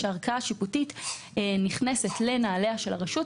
שערכאה שיפוטית נכנסת לנעליה של הרשות,